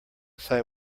site